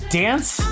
dance